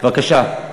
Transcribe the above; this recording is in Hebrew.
בבקשה.